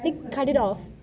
then cut it off